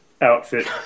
outfit